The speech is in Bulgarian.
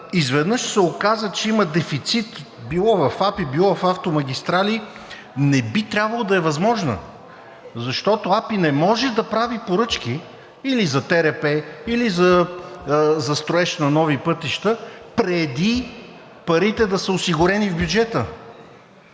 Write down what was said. „изведнъж се оказа, че има дефицит“ – било в АПИ, било в „Автомагистрали“, не би трябвало да е възможна, защото АПИ не може да прави поръчки или за ТРП, или за строеж на нови пътища, преди парите да са осигурени в бюджета!